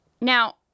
Now